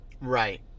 right